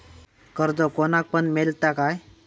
कर्ज कोणाक पण मेलता काय?